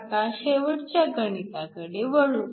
आता शेवटच्या गणिताकडे वळू